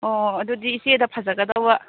ꯑꯣ ꯑꯗꯨꯗꯤ ꯏꯆꯦꯗ ꯐꯖꯒꯗꯧꯕ